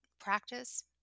practice